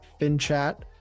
FinChat